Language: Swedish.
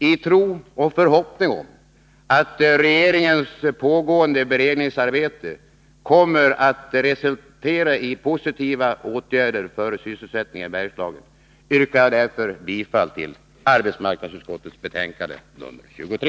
I tro på och förhoppning om att regeringens pågående beredningsarbete kommer att resultera i positiva åtgärder för sysselsättningen i Bergslagen yrkar jag bifall till arbetsmarknadsutskottets hemställan i dess betänkande nr 23.